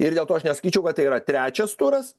ir dėl to aš nesakyčiau kad tai yra trečias turas